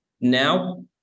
now